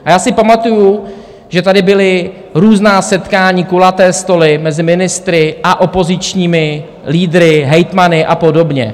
A já si pamatuju, že tady byla různá setkání, kulaté stoly mezi ministry a opozičními lídry, hejtmany a podobně.